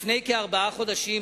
לפני כארבעה חודשים,